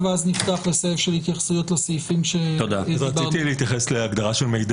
ואז נפתח לסבב של התייחסויות לסעיפים שהסברנו עליהם.